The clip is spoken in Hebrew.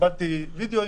קיבלתי סרטי וידאו,